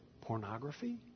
pornography